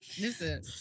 Listen